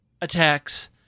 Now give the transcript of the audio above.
attacks